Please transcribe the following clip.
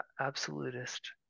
absolutist